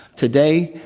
today,